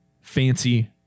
fancy